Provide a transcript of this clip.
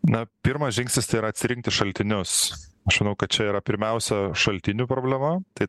na pirmas žingsnis tai yra atsirinkti šaltinius aš manau kad čia yra pirmiausia šaltinių problema tai